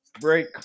Break